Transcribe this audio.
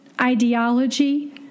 ideology